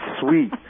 sweet